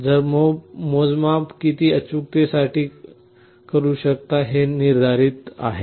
आपण मोजमाप किती अचूकतेसाठी करू शकता हे निर्धारित करते